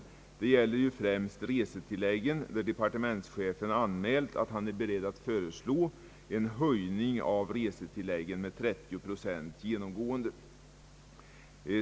Främst gäller det resetilläggen beträffande vilka de partementschefen anmält att han är beredd att föreslå en höjning med 30 procent genomgående.